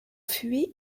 fui